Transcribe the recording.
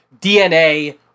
DNA